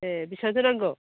ए बिसिबांसो नांगौ